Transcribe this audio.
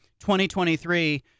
2023